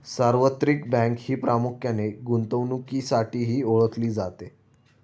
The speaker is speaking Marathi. सार्वत्रिक बँक ही प्रामुख्याने गुंतवणुकीसाठीही ओळखली जाते